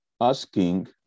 Asking